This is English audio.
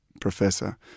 professor